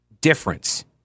difference